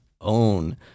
own